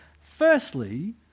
Firstly